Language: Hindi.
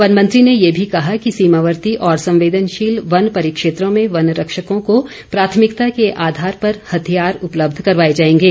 वन मंत्री ने ये भी कहा कि सीमावर्ती और संवदेनशील वन परिक्षेत्रों में वन रक्षकों को प्राथमिकता के आधार पर हथियार उपलब्ध करवाए जाएंगे